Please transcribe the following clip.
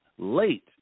late